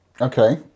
Okay